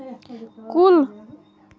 کُل